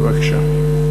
בבקשה.